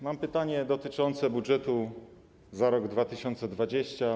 Mam pytanie dotyczące budżetu państwa za rok 2020.